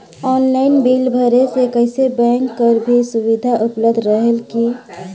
Online bill भरे से कइसे बैंक कर भी सुविधा उपलब्ध रेहेल की?